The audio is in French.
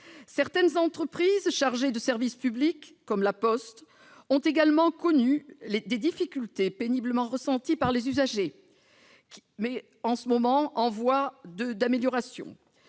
Certaines entreprises chargées de service public, comme La Poste, ont également connu des difficultés, péniblement ressenties par les usagers, mais actuellement en voie d'amélioration.